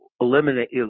Eliminate